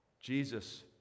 Jesus